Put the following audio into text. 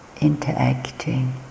interacting